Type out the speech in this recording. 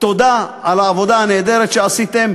תודה על העבודה הנהדרת שעשיתם,